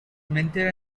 mentor